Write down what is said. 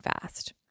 fast